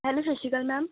hello ਸਤਿ ਸ਼੍ਰੀ ਅਕਾਲ ਮੈਮ